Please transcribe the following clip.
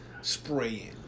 Spraying